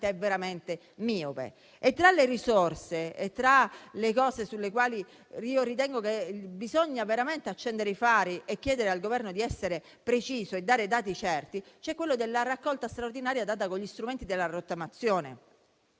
è veramente miope. Tra le cose sulle quali ritengo che si debba veramente accendere i fari e chiedere al Governo di essere preciso e dare dati certi, vi è la raccolta straordinaria fatta con gli strumenti della rottamazione.